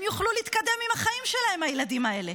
הם יוכלו להתקדם עם החיים שלהם, הילדים האלה.